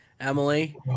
Emily